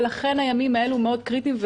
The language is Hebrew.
ולכן הימים האלה מאוד קריטיים.